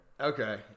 Okay